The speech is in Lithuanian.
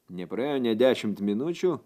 nepraėjo nė dešimt minučių